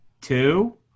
two